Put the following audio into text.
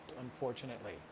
unfortunately